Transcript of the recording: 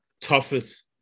toughest